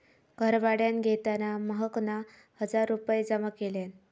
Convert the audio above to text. घर भाड्यान घेताना महकना हजार रुपये जमा केल्यान